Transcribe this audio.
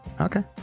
okay